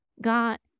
got